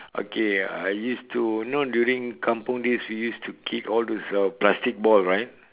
okay I used to you know during kampung days we used to kick those plastic ball right